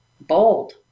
bold